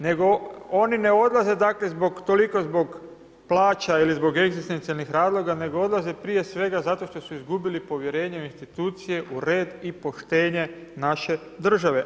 Nego oni ne odlaze dakle, toliko zbog plaća ili zbog egzistencijalnih razloga nego odlaze prije svega zato što su izgubili povjerenje u institucije u red i poštenje naše države.